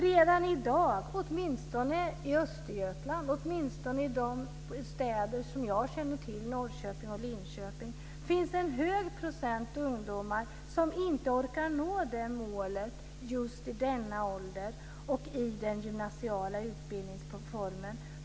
Redan i dag, åtminstone i Östergötland, i de städer jag känner till, Norrköping och Linköping, finns en hög procent ungdomar som inte orkar nå detta mål i denna ålder och i den gymnasiala utbildningsformen.